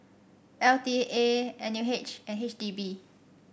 L T A N U H and H D B